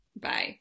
Bye